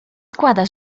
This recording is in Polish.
składa